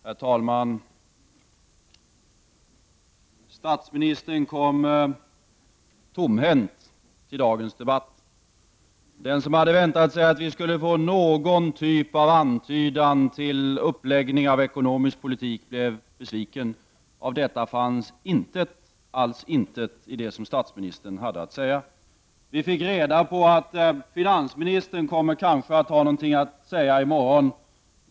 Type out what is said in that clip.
Herr talman! Statsministern kom tomhänt till dagens debatt. Den som hade väntat sig att vi skulle få någon typ av antydan till uppläggning av den ekonomiska politiken blev besviken. Av detta fanns intet, alls intet, i det som statsministern hade att säga. Vi fick reda på att finansministern kanske kommer att ha någonting att säga i morgon.